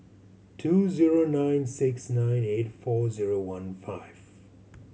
two zero nine six nine eight four zero one five